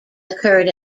occurred